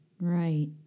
Right